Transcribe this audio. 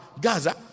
Gaza